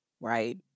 right